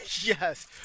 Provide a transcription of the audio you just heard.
Yes